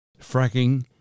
fracking